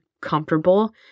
comfortable